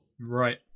Right